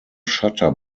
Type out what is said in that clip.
shutter